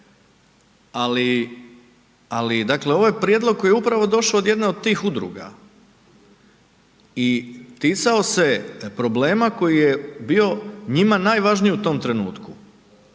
ali dakle ovo je prijedlog koji je upravo došao od jedne od tih udruga i ticao se problema koji je bio njima najvažniji u tom trenutku